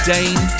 Dane